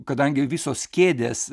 kadangi visos kėdės